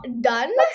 done